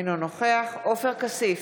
אינו נוכח עופר כסיף,